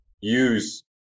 use